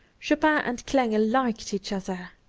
chopin and klengel liked each other.